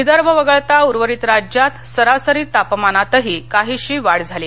विदर्भ वगळता उर्वरित राज्यात सरासरी तापमानातही काहीशि वाढ झाली